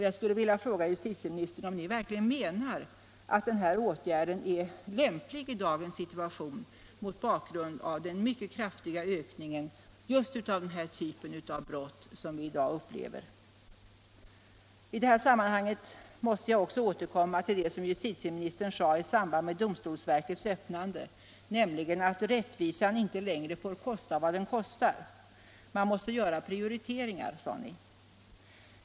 Jag skulle vilja fråga justitieministern om ni verkligen menar att den här åtgärden är lämplig i dagens situation mot bakgrunden av den mycket kraftiga ökning av just denna typ av brott som vi i dag upplever. I detta sammanhang måste jag också återkomma till det som justitieministern sade i samband med domstolsverkets öppnande, nämligen att rättvisan inte längre får kosta vad den kostar - man måste göra prioriteringar.